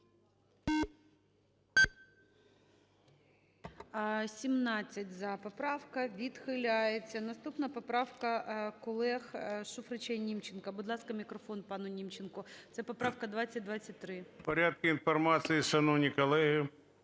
порядку інформації, шановні колеги.